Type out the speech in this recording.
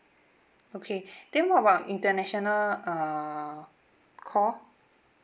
okay then what about international uh call